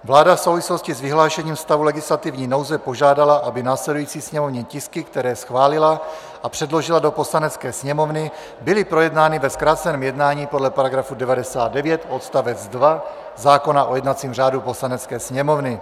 Vláda v souvislosti s vyhlášením stavu legislativní nouze požádala, aby následující sněmovní tisky, které schválila a předložila do Poslanecké sněmovny, byly projednány ve zkráceném jednání podle § 99 odst. 2 zákona o jednacím řádu Poslanecké sněmovny.